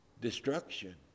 destruction